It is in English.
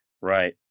Right